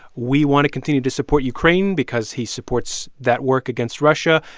we want to continue to support ukraine because he supports that work against russia,